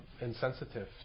insensitive